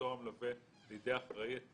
ימסור המלווה לידי האחראי את